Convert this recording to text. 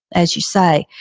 as you say.